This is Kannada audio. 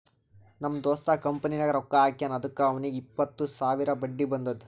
ನಮ್ ದೋಸ್ತ ಕಂಪನಿನಾಗ್ ರೊಕ್ಕಾ ಹಾಕ್ಯಾನ್ ಅದುಕ್ಕ ಅವ್ನಿಗ್ ಎಪ್ಪತ್ತು ಸಾವಿರ ಬಡ್ಡಿ ಬಂದುದ್